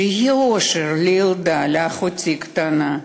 שיהיה אושר לילדה, לאחותי הקטנה.